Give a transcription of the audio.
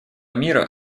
мира